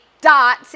dot